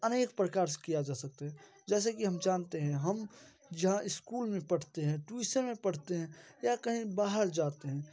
अनेक प्रकार से किया जा सकता है जैसे कि हम जानते हैं हम जहाँ स्कूल में पढ़ते हैं ट्यूशन में पढ़ते हैं या कहीं बाहर जाते हैं